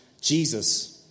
Jesus